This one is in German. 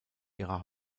ihrer